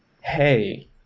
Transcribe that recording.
hey